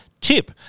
tip